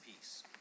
peace